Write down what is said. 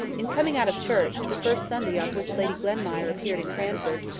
in coming out of church, the first sunday on which lady glenmire appeared in cranford,